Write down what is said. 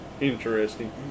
Interesting